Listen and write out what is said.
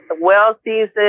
well-seasoned